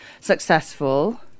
successful